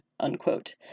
unquote